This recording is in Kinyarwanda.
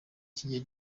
kijya